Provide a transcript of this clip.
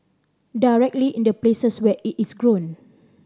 directly in the places where it its grown